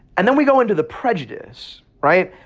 and then we go into the prejudice, right?